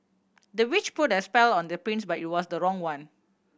the witch put a spell on the prince but it was the wrong one